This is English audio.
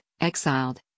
exiled